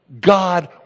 God